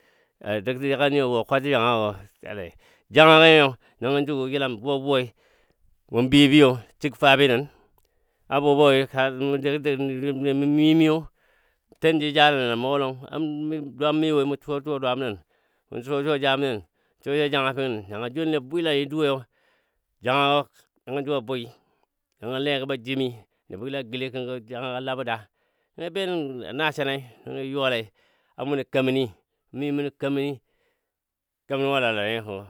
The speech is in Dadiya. janga gə nyo nəngɔ ju a yəlam buwabuwai mɔ biyo biyo sik fabi nən. a buwabuwai kaya gɔ mɔ gək gək, mɔ miyo miyo tən jəjalən nən a mugɔ lɔng a mi dwamɔ miwo mɔ suwa suwa dwamɔ nən mɔ suwa suwa jamɔ nən. suwa suwa jangafimənən kanga joul ni a bwila nyi duo yo, janga gə nəngɔ ju a bui nəngo le gɔ ba jim mi nəbɔ la gəle kənkɔ janga gə a labɔ da nəngɔ benən na nasanai yuwalei a mɔnən kaməni mimunən keməni kemən wo a lara nyo kənkɔ.